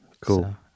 cool